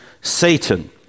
Satan